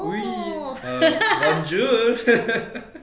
err bonjour